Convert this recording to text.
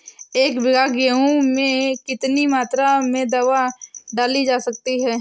एक बीघा गेहूँ में कितनी मात्रा में दवा डाली जा सकती है?